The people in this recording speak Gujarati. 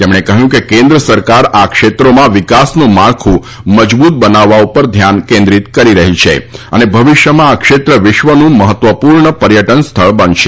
તેમણે કહ્યું કે કેન્દ્ર સરકાર આ ક્ષેત્રોમાં વિકાસનું માળખું મજબૂત બનાવવા પર ધ્યાન કેન્દ્રિત કરી રહી છે અને ભવિષ્માં આ ક્ષેત્ર વિશ્વનું મહત્વપૂર્ણ પર્યટન સ્થળ બનશે